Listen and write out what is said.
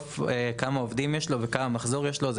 בסוף כמה עובדים יש לו וכמה מחזור יש לו.